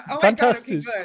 Fantastic